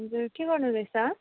हजुर के गर्नु हुँदैछ